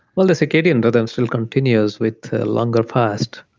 well, the circadian rhythms well continues with longer fast.